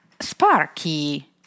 Sparky